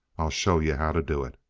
i'll show you how to do it